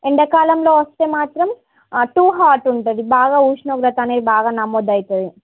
ఎండకాలంలో వస్తే మాత్రం too hot ఉంటుంది బాగా ఉష్ణోగ్రత అనేది బాగా నమోదవుతుంది